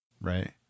Right